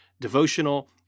devotional